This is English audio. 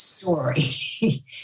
story